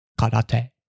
karate